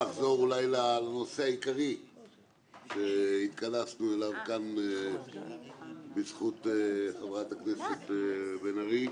לחזור לנושא העיקרי שהתכנסנו אליו בזכות חברת הכנסת בן ארי.